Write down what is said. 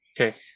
okay